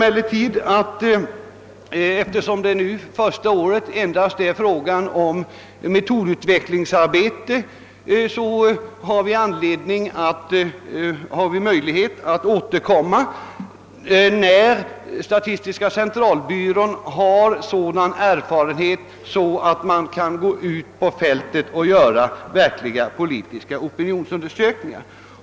Eftersom det under det första året endast är fråga om metodutvecklingsarbete har vi emellertid möjlighet att återkomma när statistiska centralbyrån har fått sådan erfarenhet att man kan gå ut på fältet och göra verkliga politiska opinionsundersökningar.